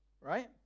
Right